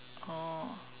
oh